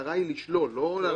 המטרה היא לשלול, לא להרחיב.